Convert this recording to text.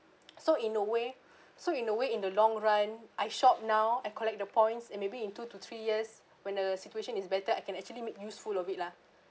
so in a way so in a way in the long run I shop now I collect the points and maybe in two to three years when the situation is better I can actually make useful of it lah